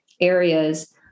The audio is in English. areas